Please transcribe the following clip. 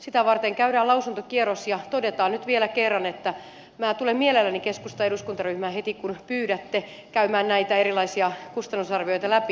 sitä varten käydään lausuntokierros ja todetaan nyt vielä kerran että minä tulen mielelläni keskustan eduskuntaryhmään heti kun pyydätte käymään näitä erilaisia kustannusarvioita läpi